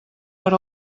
per